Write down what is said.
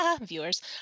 viewers